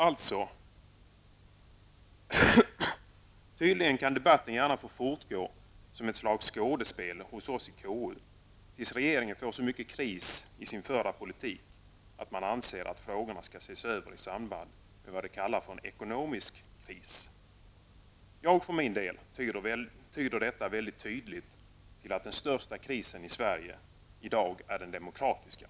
Alltså kan tydligen debatten gärna få fortgå som ett slags skådespel hos oss i KU, tills regeringen får så stor kris i sin förda politik att den anser att frågorna skall ses över i samband med det den kallar för en ekonomisk kris. Jag för min del tyder detta väldigt tydligt till att den största krisen i Sverige i dag är den demokratiska.